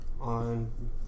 on